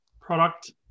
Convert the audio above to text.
product